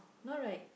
no right